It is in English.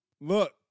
look